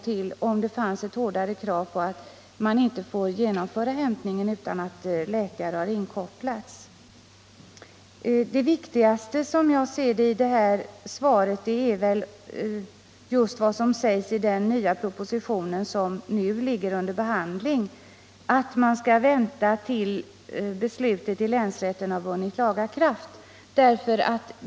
Men om det fanns ett generellt krav på att en hämtning inte får genomföras utan att läkare har inkopplats, skulle det säkerligen finnas tillgång till läkare i sådana här fall. Som jag ser det är den viktigaste upplysningen i svaret att det i den proposition, som nu är under behandling i riksdagen, föreslås att man skall vänta tills beslutet i länsrätten vunnit laga kraft.